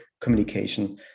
communication